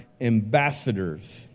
ambassadors